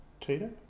Tito